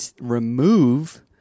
remove